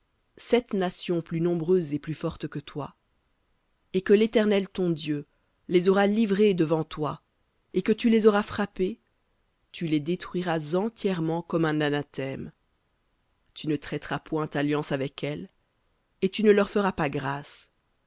sept nations plus nombreuses et plus fortes que toi et que l'éternel ton dieu les aura livrées devant toi et que tu les auras frappées tu les détruiras entièrement comme un anathème tu ne traiteras point alliance avec elles et tu ne leur feras pas grâce